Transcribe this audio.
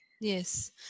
Yes